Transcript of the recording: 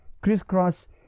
crisscross